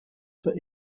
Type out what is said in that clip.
for